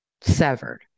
severed